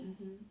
mmhmm